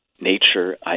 nature